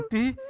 the